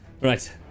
Right